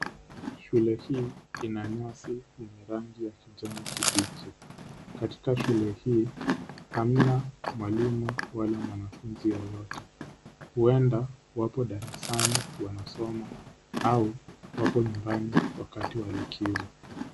Shule hii ina nyasi zenye rangi ya kijani kibichi. Katika shule hii, hamna mwalimu wala mwanafunzi yeyote. Huenda wapo darasani wanasoma au wapo nyumbani wakati wa likizo.